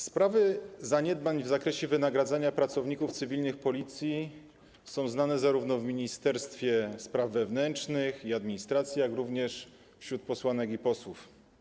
Sprawy zaniedbań w zakresie wynagradzania pracowników cywilnych Policji są znane zarówno Ministerstwu Spraw Wewnętrznych i Administracji, jak i posłankom i posłom.